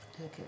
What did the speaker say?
Okay